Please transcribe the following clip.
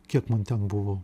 kiek man ten buvo